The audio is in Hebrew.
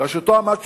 בראשותה עמד שופט.